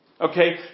Okay